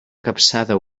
capçada